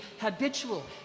habitual